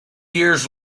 years